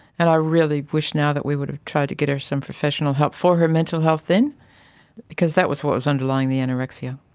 and i really wish now that we had tried to get her some professional help for her mental health then because that was what was underlying the anorexia.